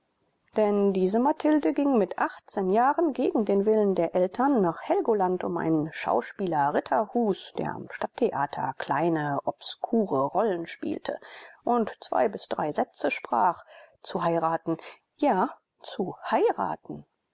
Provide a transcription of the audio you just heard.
denn diese mathilde ging mit achtzehn jahren gegen den willen der eltern nach helgoland um einen schauspieler ritterhus der am stadttheater kleine obskure rollen spielte und zwei bis drei sätze sprach zu heiraten ja zu heiraten